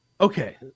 okay